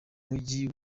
mujyi